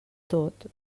tot